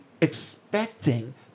expecting